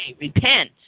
Repent